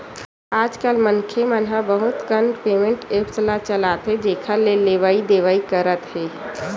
आजकल मनखे मन ह बहुत कन पेमेंट ऐप्स ल चलाथे जेखर ले लेवइ देवइ करत हे